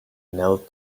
knelt